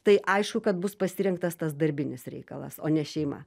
tai aišku kad bus pasirinktas tas darbinis reikalas o ne šeima